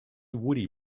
woody